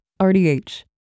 RDH